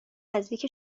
نزدیک